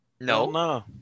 No